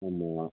ஆமாம்